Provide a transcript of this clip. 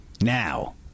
now